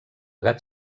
gat